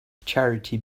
charity